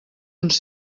uns